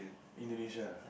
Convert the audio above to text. Indonesia